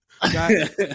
Guys